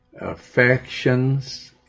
affections